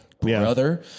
brother